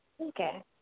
okay